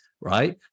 right